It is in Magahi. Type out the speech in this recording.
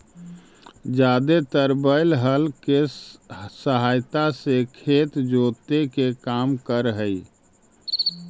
जादेतर बैल हल केसहायता से खेत जोते के काम कर हई